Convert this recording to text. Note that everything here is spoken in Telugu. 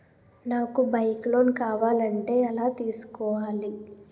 నాకు బైక్ లోన్ కావాలంటే ఎలా తీసుకోవాలి?